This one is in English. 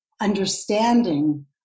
understanding